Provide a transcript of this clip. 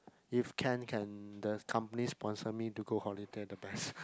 if can can there's company sponsor me to go holiday the best